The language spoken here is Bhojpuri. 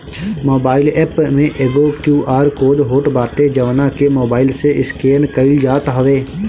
मोबाइल एप्प में एगो क्यू.आर कोड होत बाटे जवना के मोबाईल से स्केन कईल जात हवे